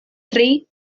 tri